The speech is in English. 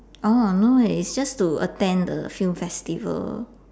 oh no leh is just to attend the film festival